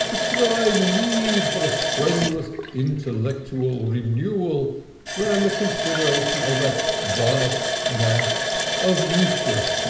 the crying need for a strenuous intellectual renewal than the consideration of that vast mass of useless,